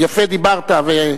יפה דיברת.